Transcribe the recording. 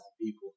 people